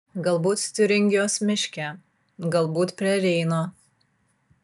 galbūt tiuringijos miške galbūt prie reino